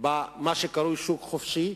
במה שקרוי שוק חופשי,